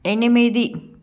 ఎనిమిది